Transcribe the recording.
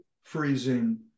freezing